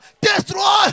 destroy